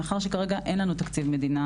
מאחר שכרגע אין לנו תקציב מדינה,